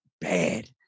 bad